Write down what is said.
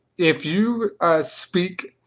if you speak,